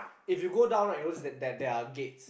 if you go down right you notice that there are gates